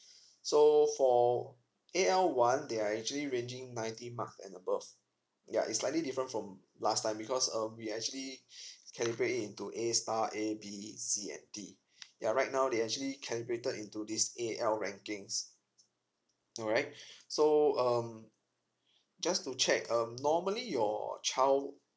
so for A L one they are actually ranging ninety mark and above yea is slightly different from last time because um we actually calibrate it into A star A B C and D yea right now they actually calibrated into this A L rankings alright so um just to check um normally your child